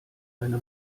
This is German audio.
eine